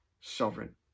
sovereign